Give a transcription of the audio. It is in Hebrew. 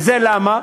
וזה למה?